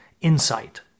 insight